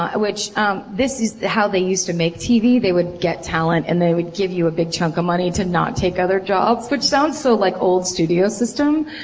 ah um this is how they used to make t. v. they would get talent and they would give you a big chunk of money to not take other jobs, which sounds so, like, old studio system,